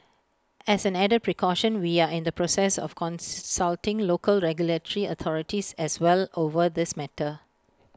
as an added precaution we are in the process of consulting local regulatory authorities as well over this matter